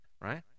right